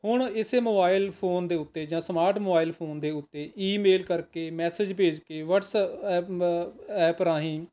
ਹੁਣ ਇਸੇ mobile phone ਦੇ ਉੱਤੇ ਜਾਂ ਸਮਾਰਟ ਮੋਬਾਇਲ ਫੋਨ ਦੇ ਉੱਤੇ ਈਮੇਲ ਕਰਕੇ ਮੈਸੇਜ ਭੇਜ ਕੇ ਵੱਅਟਸਅੱਪ ਐਪ ਰਾਹੀਂ